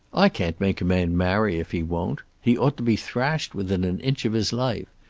i can't make a man marry if he won't. he ought to be thrashed within an inch of his life.